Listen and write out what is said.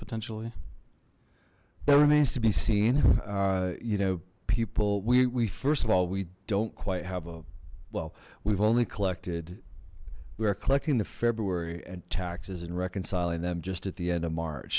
potentially that remains to be seen you know people we first of all we don't quite have a well we've only collected we are collecting the february and taxes and reconciling them just at the end of march